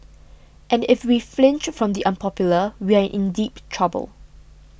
and if we flinch from the unpopular we are in deep trouble